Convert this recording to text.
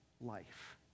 life